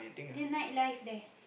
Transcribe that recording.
the night life there